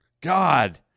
God